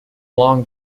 long